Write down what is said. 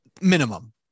minimum